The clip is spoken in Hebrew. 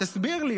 תסביר לי?